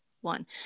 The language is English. one